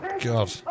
God